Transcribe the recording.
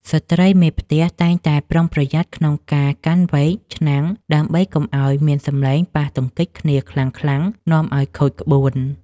ស្ត្រីមេផ្ទះតែងតែប្រុងប្រយ័ត្នក្នុងការកាន់វែក ឆ្នាំង ដើម្បីកុំឱ្យមានសំឡេងប៉ះទង្គិចគ្នាខ្លាំងៗនាំឱ្យខូចក្បួន។